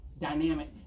dynamic